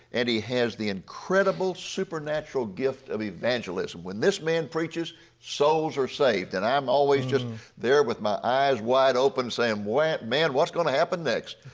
and he has the incredible supernatural gift of evangelism, when this man preaches souls are saved. and i am always just there with my eyes wide open saying, man, what is going to happen next?